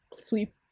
sweep